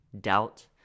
doubt